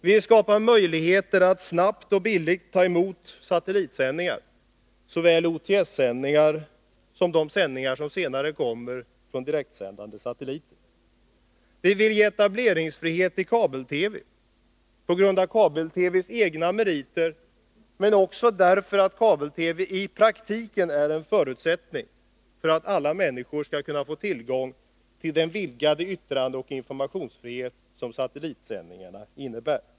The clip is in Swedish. Vi vill skapa förutsättningar för att snabbt och billigt ta emot satellitsändningar — såväl OTS-sändningar som de sändningar som senare kommer från direktsändande satelliter. Vi vill ge etableringsfrihet till kabel-TV, på grund av kabel-TV:s egna meriter men också därför att kabel-TV i praktiken är en förutsättning för att alla människor skall kunna få tillgång till den vidgade yttrandeoch informationsfrihet som satellitsändningarna innebär.